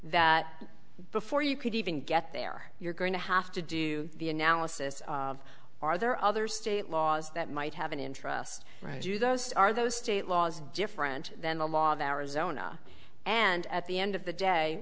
that before you could even get there you're going to have to do the analysis are there other state laws that might have an interest right do those are those state laws different than the law that arizona and at the end of the day